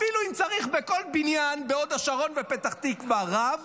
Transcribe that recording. אפילו אם צריך בכל בניין בהוד השרון ובפתח תקוה רב